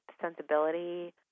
sensibility